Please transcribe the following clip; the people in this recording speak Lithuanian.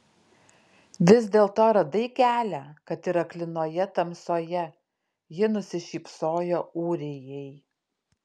vis dėlto radai kelią kad ir aklinoje tamsoje ji nusišypsojo ūrijai